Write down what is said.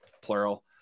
plural